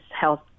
health